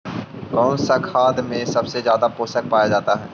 कौन सा खाद मे सबसे ज्यादा पोषण पाया जाता है?